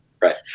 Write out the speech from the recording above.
right